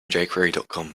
jquerycom